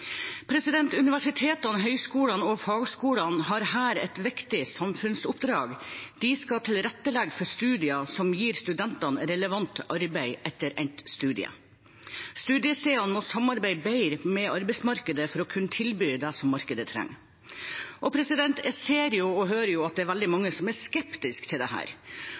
Universitetene, høyskolene og fagskolene har her et viktig samfunnsoppdrag: De skal tilrettelegge for studier som gir studentene relevant arbeid etter endt studium. Studiestedene må samarbeide bedre med arbeidsmarkedet for å kunne tilby det som markedet trenger. Jeg ser og hører at veldig mange er skeptiske til